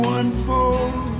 unfold